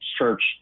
search